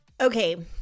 Okay